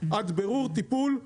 עד בירור טיפול,